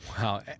Wow